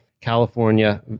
California